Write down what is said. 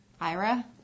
Ira